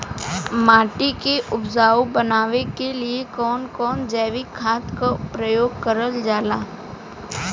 माटी के उपजाऊ बनाने के लिए कौन कौन जैविक खाद का प्रयोग करल जाला?